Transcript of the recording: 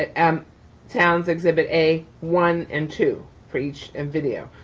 and um town's exhibit a one and two for each end video.